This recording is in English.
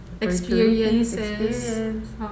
experiences